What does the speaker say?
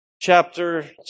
chapter